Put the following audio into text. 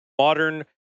Modern